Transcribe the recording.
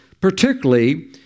particularly